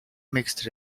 mixed